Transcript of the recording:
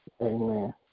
Amen